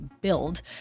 build